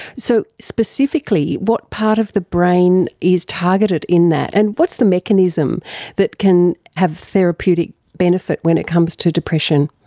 so, specifically what part of the brain is targeted in that, and what's the mechanism that can have therapeutic benefit when it comes to depression?